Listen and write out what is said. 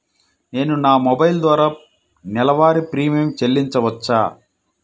నేను నా మొబైల్ ద్వారా నెలవారీ ప్రీమియం చెల్లించవచ్చా?